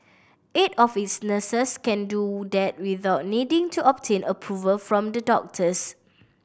eight of its nurses can do that without needing to obtain approval from the doctors